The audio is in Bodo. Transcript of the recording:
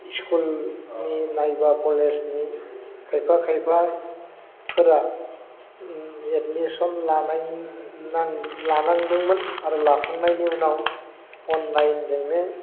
स्कुलनि नङाबा कलेजनि खायफा खायफाफोरा एदमिसन लानांदोंमोन आरो लाखांनायनि उनाव अनलाइनजोंनो